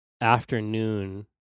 afternoon